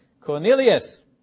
Cornelius